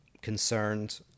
concerned